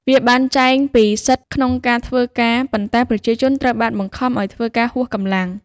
វាបានចែងពីសិទ្ធិក្នុងការធ្វើការ ប៉ុន្តែប្រជាជនត្រូវបានបង្ខំឱ្យធ្វើការហួសកម្លាំង។